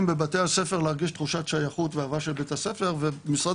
בבתי הספר להרגיש תחושת שייכות ואהבה של בית הספר ומשרד